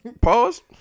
Pause